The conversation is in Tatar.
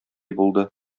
булды